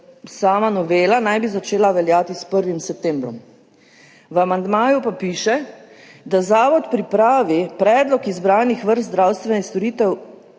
Sama novela naj bi začela veljati s 1. septembrom, v amandmaju pa piše, da Zavod pripravi predlog izbranih vrst zdravstvenih storitev